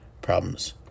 problems